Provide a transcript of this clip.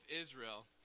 Israel